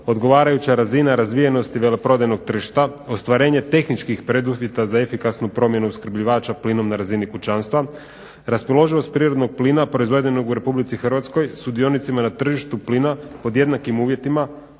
odgovarajuća razina razvijenosti veleprodajnog tržišta, ostvarenje tehničkih preduvjeta za efikasnu promjenu opskrbljivača plinom na razini kućanstva, raspoloživost prirodnog plina proizvedenog u RH sudionicima na tržištu plina pod jednakim uvjetima